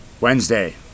Wednesday